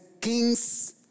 kings